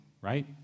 right